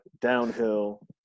downhill